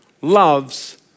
loves